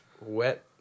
wet